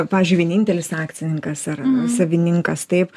pavyzdžiui vienintelis akcininkas ar ar savininkas taip